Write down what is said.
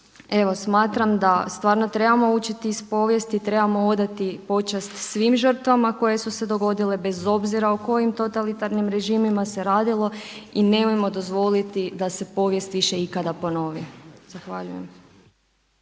Evo smatram da stvarno trebamo učiti iz povijesti, trebamo odati počast svim žrtvama koje su se dogodile bez obzira o kojim totalitarnim režimima se radilo i nemojmo dozvoliti da se povijest više ikada ponovi. Zahvaljujem.